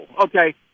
okay